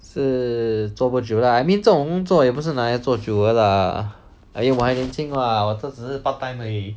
是做不久 lah I mean 这种工作也不是拿来做久的 lah I think 我这只是 part time 而已